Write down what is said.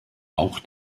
auch